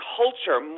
culture